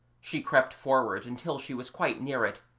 she crept forward until she was quite near it,